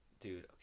Dude